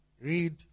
read